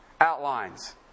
outlines